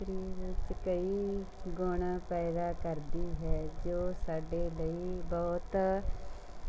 ਸਰੀਰ ਵਿੱਚ ਕਈ ਗੁਣ ਪੈਦਾ ਕਰਦੀ ਹੈ ਜੋ ਸਾਡੇ ਲਈ ਬਹੁਤ